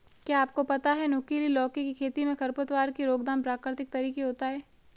क्या आपको पता है नुकीली लौकी की खेती में खरपतवार की रोकथाम प्रकृतिक तरीके होता है?